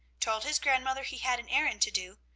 told his grandmother he had an errand to do,